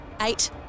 eight